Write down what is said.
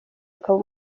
akaba